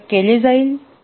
काय केले जाईल